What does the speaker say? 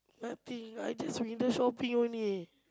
nothing I just window shopping only